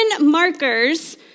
markers